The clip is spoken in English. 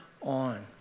on